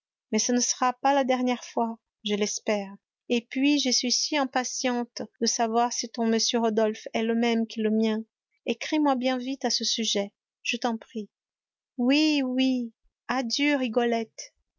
mais ce ne sera pas la dernière fois je l'espère et puis je suis si impatiente de savoir si ton m rodolphe est le même que le mien écris-moi bien vite à ce sujet je t'en prie oui oui